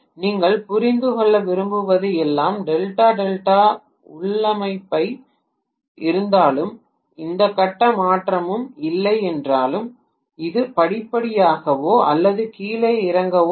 நீங்கள் புரிந்து கொள்ள விரும்புவது எல்லாம் டெல்டா டெல்டா உள்ளமைவாக இருந்தாலும் எந்த கட்ட மாற்றமும் இல்லை என்றாலும் அது படிப்படியாகவோ அல்லது கீழே இறங்கவோ இல்லை